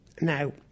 Now